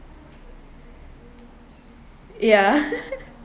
ya